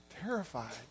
terrified